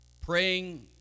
praying